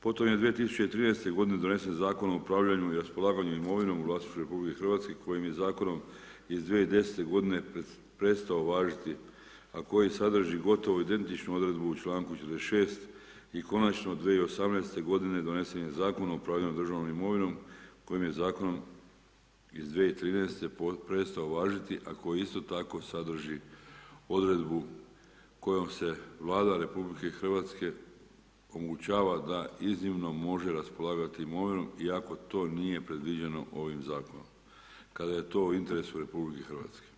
Potom je 2013. g. donesen Zakon o upravljanju i raspolaganju imovinom u vlasništvu RH kojim je zakonom iz 2010. prestao važiti a koji sadrži gotovo identičnu odredbu u čl. 36. i konačno 2018. g. donesen je Zakon o upravljanju državnom imovinu, kojim je zakon iz 2013. prestao važiti a koji isto tako sadrži odredbu kojom se Vlada Republike Hrvatske omogućava da iznimno može raspolagati imovinom iako to nije predviđeno ovim zakonom kada je to u interesu RH.